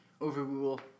overrule